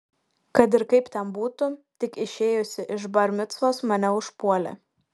kad ir kaip ten būtų tik išėjusį iš bar micvos mane užpuolė